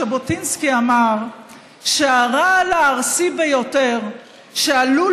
ז'בוטינסקי אמר שהרעל הארסי ביותר שעלול